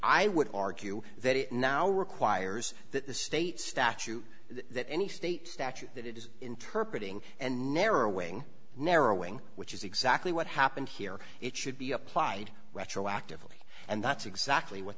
i would argue that it now requires that the state statute that any state statute that it is interpret ing and narrowing and narrowing which is exactly what happened here it should be applied retroactively and that's exactly what